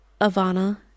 Ivana